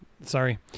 Sorry